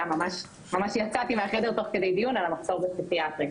ממש יצאתי מהחדר תוך כדי דיון על המחסור בפסיכיאטרים.